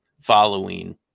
following